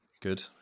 Good